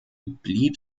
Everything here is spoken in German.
blieb